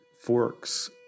forks